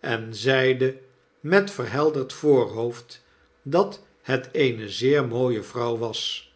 en zeide met verhelderd voorhoofd dat het eene zeer mooie vrouw was